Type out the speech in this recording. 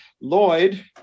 Lloyd